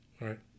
Right